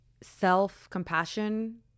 self-compassion